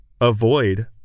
avoid